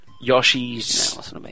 Yoshi's